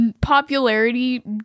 popularity